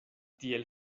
tiel